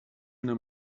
una